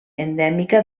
endèmica